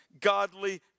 godly